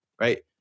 right